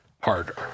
harder